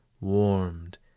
warmed